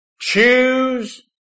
Choose